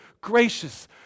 gracious